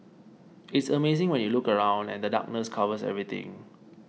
it's amazing when you look around and the darkness covers everything